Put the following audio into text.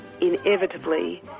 inevitably